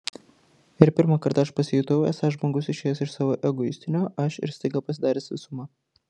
ir pirmą kartą aš pasijutau esąs žmogus išėjęs iš savo egoistinio aš ir staiga pasidaręs visuma